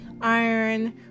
iron